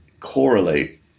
correlate